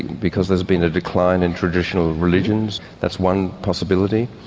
because there's been a decline in traditional religions. that's one possibility,